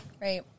Right